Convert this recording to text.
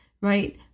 right